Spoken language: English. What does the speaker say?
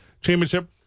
Championship